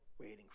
waiting